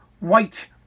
White